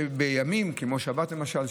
שבימים כמו שבת למשל,